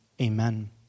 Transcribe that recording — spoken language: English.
amen